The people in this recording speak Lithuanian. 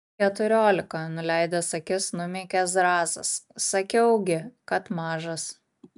keturiolika nuleidęs akis numykė zrazas sakiau gi kad mažas